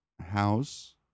house